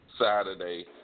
Saturday